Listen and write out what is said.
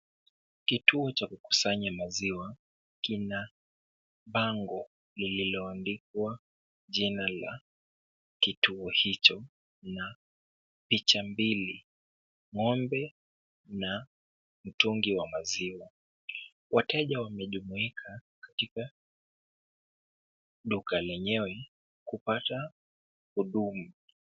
Kituo cha kukusanya maziwa. Kina bango lililoandikwa jina la Kituo hicho na picha mbili, ngombe na mtungi wa maziwa. Wateja wamejumuika katika duka lenyewe kupata huduma.